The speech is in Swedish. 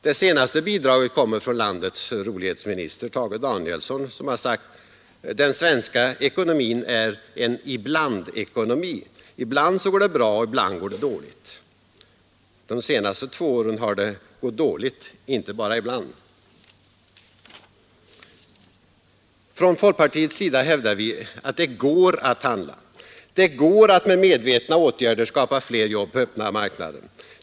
Det senaste bidraget kommer från landets rolighetsminister Tage Danielsson, som har sagt att den svenska ekonomin är en iblandekonomi — ibland går det bra och ibland går det dåligt. De senaste två åren har det gått dåligt, inte bara ibland. Från folkpartiets sida hävdar vi att det går att handla. Det går att med medvetna åtgärder skapa fler jobb på öppna marknaden.